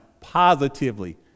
positively